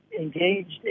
engaged